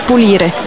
pulire